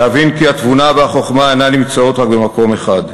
ולהבין כי התבונה והחוכמה אינן נמצאות רק במקום אחד.